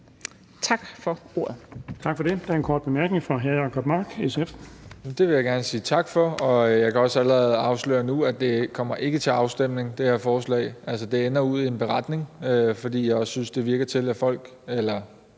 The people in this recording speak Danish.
Tak for ordet.